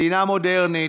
מדינה מודרנית,